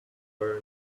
where